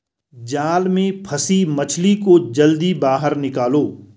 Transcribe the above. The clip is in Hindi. जाल में फसी मछली को जल्दी बाहर निकालो